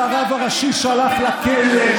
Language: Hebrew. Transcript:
על הרב הראשי שהלך לכלא,